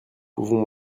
pouvons